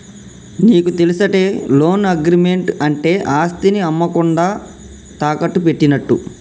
నీకు తెలుసటే, loan agreement అంటే ఆస్తిని అమ్మకుండా తాకట్టు పెట్టినట్టు